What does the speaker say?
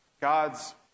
God's